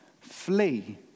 flee